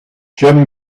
jim